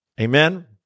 Amen